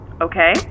Okay